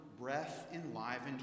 breath-enlivened